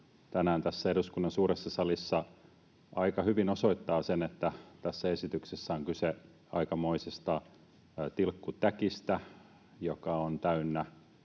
tänään tässä eduskunnan suuressa salissa aika hyvin osoittaa sen, että tässä esityksessä on kyse aikamoisesta tilkkutäkistä, joka on täynnä